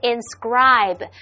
Inscribe